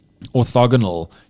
orthogonal